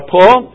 Paul